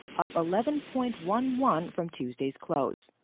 up eleven point one won from tuesday's close.